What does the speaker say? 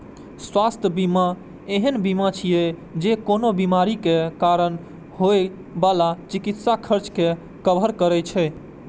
स्वास्थ्य बीमा एहन बीमा छियै, जे कोनो बीमारीक कारण होइ बला चिकित्सा खर्च कें कवर करै छै